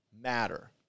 matter